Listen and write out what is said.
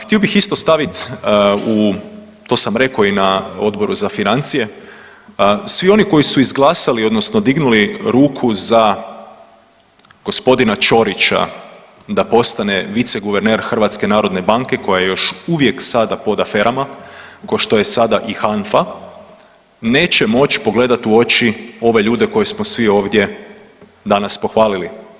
Htio bih isto stavit u, to sam rekao i na Odboru za financije, svi oni koji su izglasali odnosno dignuli ruku za gospodina Čorića da postane viceguverner HNB-a koja je još uvijek sada pod aferama ko što je sada i HANFA neće moći pogledat u oči ove ljude koje smo svi ovdje danas pohvalili.